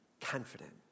Confident